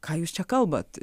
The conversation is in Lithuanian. ką jūs čia kalbat